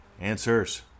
answers